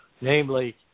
Namely